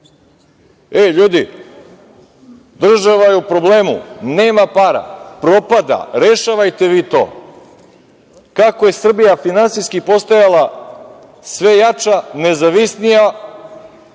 Ej, ljudi, država je u problemu, nema para, propada, rešavajte vi to. Kako je Srbija finansijski postajala sve jača, nezavisnija,